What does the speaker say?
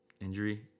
Injury